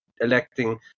electing